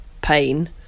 pain